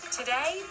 today